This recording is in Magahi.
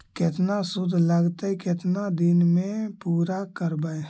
केतना शुद्ध लगतै केतना दिन में पुरा करबैय?